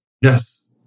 Yes